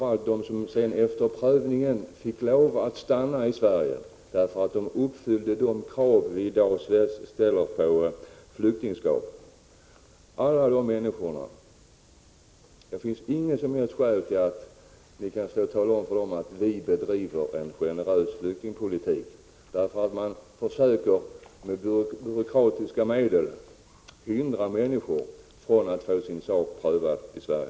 Vi kan inte på några som helst grunder säga till dessa människor att vi bedriver en generös flyktingpolitik — framför allt inte till dem som efter prövningen fick lov att stanna i Sverige därför att de uppfyllde krav vi i dag ställer på flyktingskap. Man försöker med byråkratiska medel hindra människor från att få sin sak prövad i Sverige.